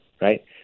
right